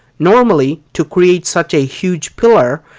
normally, to create such a huge pillar,